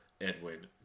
Edwin